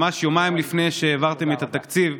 ממש יומיים לפני שהעברתם את התקציב,